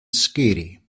scary